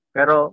Pero